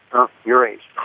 but your age.